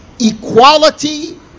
equality